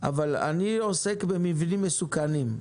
אבל אני עוסק במבנים מסוכנים.